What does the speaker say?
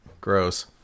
Gross